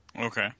Okay